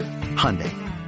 Hyundai